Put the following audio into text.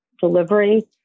delivery